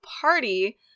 party